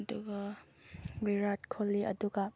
ꯑꯗꯨꯒ ꯕꯤꯔꯥꯠ ꯀꯣꯂꯤ ꯑꯗꯨꯒ